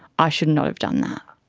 i should not have done that.